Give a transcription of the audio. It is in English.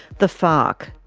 the farc.